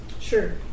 sure